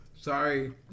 Sorry